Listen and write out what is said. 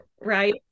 Right